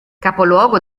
capoluogo